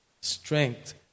strength